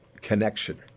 connection